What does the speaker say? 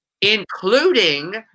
including